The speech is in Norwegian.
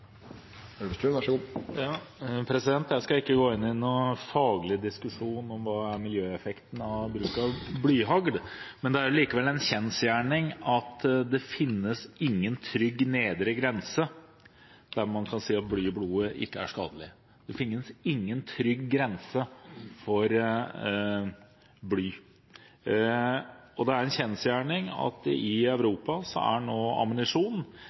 Jeg skal ikke gå inn i noen faglig diskusjon om hva som er miljøeffekten av bruk av blyhagl. Likevel er det en kjensgjerning at det finnes ingen trygg nedre grense der man kan si at bly i blodet ikke er skadelig – det finnes ingen trygg grense for bly. Det er også en kjensgjerning at i Europa står nå ammunisjon